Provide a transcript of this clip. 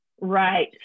Right